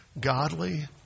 godly